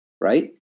right